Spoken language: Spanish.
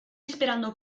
esperando